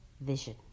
vision